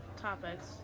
topics